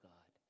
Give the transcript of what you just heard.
God